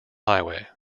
highway